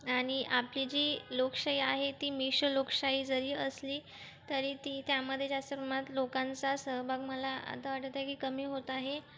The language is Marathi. आणि आपली जी लोकशाही आहे ती मिश्र लोकशाही जरी असली तरी ती त्यामधे जास्त प्रमाणात लोकांचा सहभाग मला आता वाटत आहे की कमी होत आहे